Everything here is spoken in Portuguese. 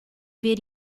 ver